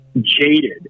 jaded